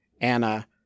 Anna